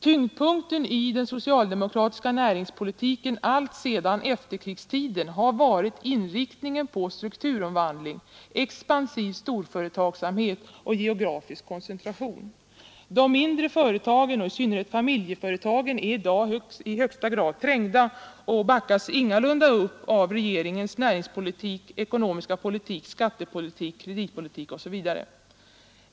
Tyngdpunkten i den socialdemokratiska näringspolitiken alltsedan efterkrigstiden har varit inriktningen på strukturomvandling, expansiv storföretagsamhet och geografisk koncentration. De mindre företagen och i synnerhet familjeföretagen är i dag i högsta grad trängda och backas ingalunda upp av regeringens näringspolitik, ekonomiska politik, skattepolitik eller kreditpolitik.